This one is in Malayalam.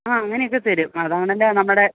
ആ അങ്ങനെയൊക്കെ തരും അതാണല്ലോ നമ്മുടെ